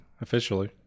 Officially